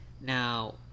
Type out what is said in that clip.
now